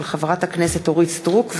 מאת חברי הכנסת אורית סטרוק,